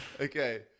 okay